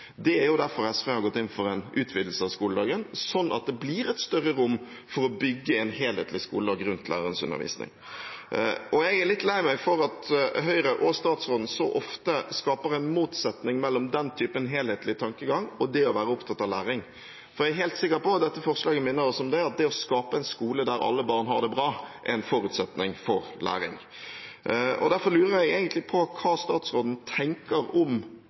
Det er derfor SV har gått inn for en utvidelse av skoledagen, sånn at det blir et større rom for å bygge en helhetlig skoledag rundt lærerens undervisning. Jeg er litt lei meg for at Høyre og statsråden så ofte skaper en motsetning mellom den typen helhetlig tankegang og det å være opptatt av læring. For jeg er helt sikker på – og dette forslaget minner oss om det – at det å skape en skole der alle barn har det bra, er en forutsetning for læring. Derfor lurer jeg egentlig på hva statsråden tenker om